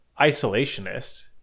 isolationist